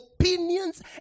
opinions